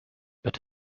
but